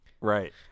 right